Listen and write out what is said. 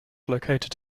located